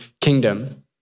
Kingdom